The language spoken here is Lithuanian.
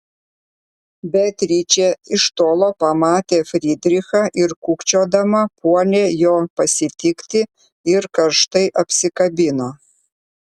beatričė iš tolo pamatė frydrichą ir kūkčiodama puolė jo pasitikti ir karštai apsikabino